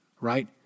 right